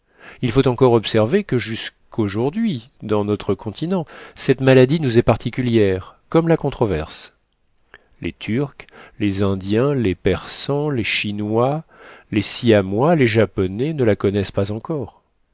il faut encore observer que jusqu'aujourd'hui dans notre continent cette maladie nous est particulière comme la controverse les turcs les indiens les persans les chinois les siamois les japonais ne la connaissent pas encore